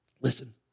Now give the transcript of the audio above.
Listen